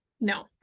no